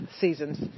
seasons